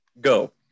go